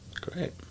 Great